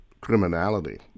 criminality